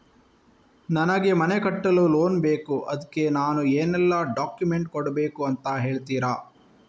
ನನಗೆ ಮನೆ ಕಟ್ಟಲು ಲೋನ್ ಬೇಕು ಅದ್ಕೆ ನಾನು ಏನೆಲ್ಲ ಡಾಕ್ಯುಮೆಂಟ್ ಕೊಡ್ಬೇಕು ಅಂತ ಹೇಳ್ತೀರಾ?